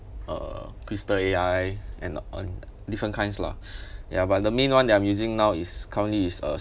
uh kristal A_I and on different kinds lah ya but the main one that I'm using now is currently is uh